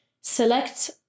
select